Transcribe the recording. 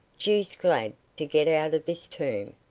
deuced glad to get out of this tomb.